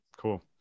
cool